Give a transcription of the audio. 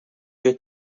due